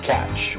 Catch